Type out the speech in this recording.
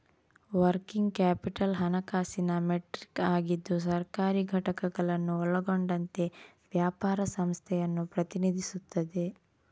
working capital ಹಣಕಾಸಿನ metric ಆಗಿದ್ದು ಸರ್ಕಾರಿ ಘಟಕಗಳನ್ನು ಒಳಗೊಂಡಂತೆ ವ್ಯಾಪಾರ ಸಂಸ್ಥೆಯನ್ನು ಪ್ರತಿನಿಧಿಸುತ್ತದೆ